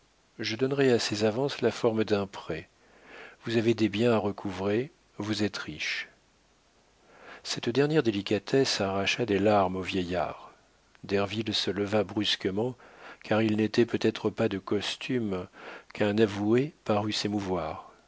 je donnerai à ces avances la forme d'un prêt vous avez des biens à recouvrer vous êtes riche cette dernière délicatesse arracha des larmes au vieillard derville se leva brusquement car il n'était peut-être pas de coutume qu'un avoué parût s'émouvoir